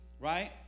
right